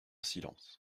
silence